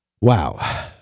wow